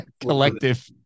collective